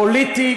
פוליטי,